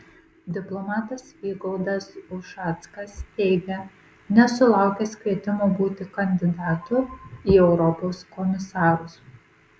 diplomatas vygaudas ušackas teigia nesulaukęs kvietimo būti kandidatu į europos komisarus